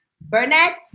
burnett